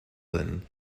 lynne